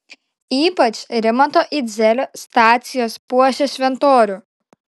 ypač rimanto idzelio stacijos puošia šventorių